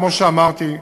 כמו שאמרתי,